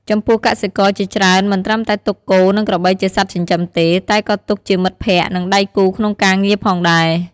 ចំពោះកសិករជាច្រើនមិនត្រឹមតែទុកគោ និងក្របីជាសត្វចិញ្ចឹមទេ តែក៏ទុកជាមិត្តភក្ដិ និងដៃគូក្នុងការងារផងដែរ។